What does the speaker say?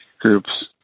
groups